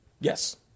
Yes